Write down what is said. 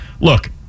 look